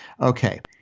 Okay